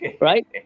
Right